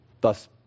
Thus